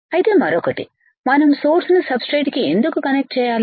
ఐతే మరొకటి మనం సోర్స్ ని సబ్ స్ట్రేట్ కి ఎందుకు కనెక్ట్ చేయాలి